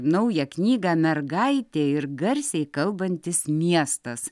naują knygą mergaitė ir garsiai kalbantis miestas